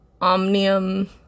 Omnium